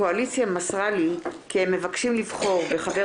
הקואליציה מסרה לי כי הם מבקשים לבחור בחבר